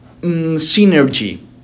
synergy